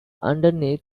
underneath